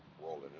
rolling